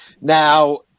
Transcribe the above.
Now